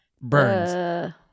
Burns